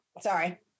Sorry